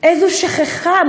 איזו שכחה,